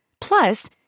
Plus